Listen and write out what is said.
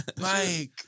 Mike